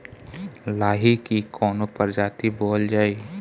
लाही की कवन प्रजाति बोअल जाई?